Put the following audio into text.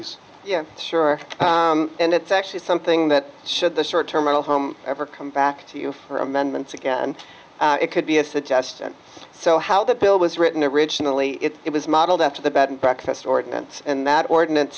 boyd yeah sure and it's actually something that should the short term mental home ever come back to you for amendments again it could be a suggestion so how that bill was written originally it was modeled after the bed and breakfast ordinance and that ordinance